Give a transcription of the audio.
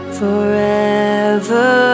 forever